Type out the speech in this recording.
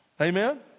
amen